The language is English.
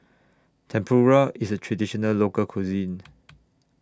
Tempura IS A Traditional Local Cuisine